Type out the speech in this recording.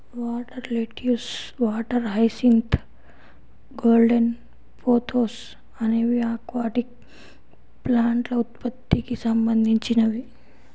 water lettuce, water hyacinth, golden pothos అనేవి aquatic ప్లాంట్ల ఉత్పత్తికి సంబంధించినవి